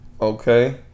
Okay